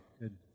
good